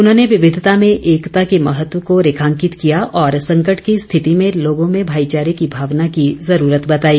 उन्होंने विविधता में एकता के महत्व को रेखांकित किया और संकट की स्थिति में लोगों में भाईचारे की भावना की जरूरत बताई